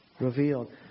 revealed